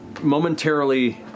momentarily